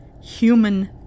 human